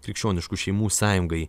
krikščioniškų šeimų sąjungai